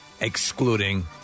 excluding